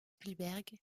spielberg